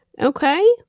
Okay